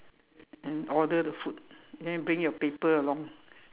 and order the food then bring your paper along